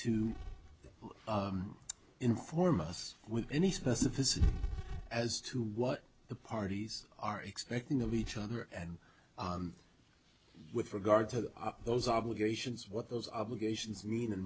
to inform us with any specificity as to what the parties are expecting of each other and with regard to those obligations what those obligations mean in